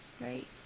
Right